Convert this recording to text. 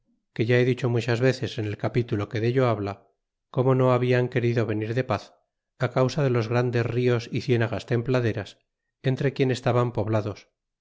que ya he dicho muchas veces en el capítulo que dello habla como no hablan querido venir de paz causa de los grandes nos y cienagas tembladeras entre quien estaban poblados